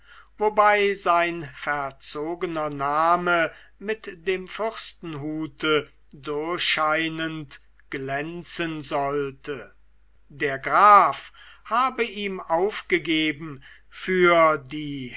wobei sein verzogener name mit dem fürstenhute durchscheinend glänzen sollte der graf habe ihm aufgegeben für die